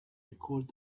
recalled